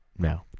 No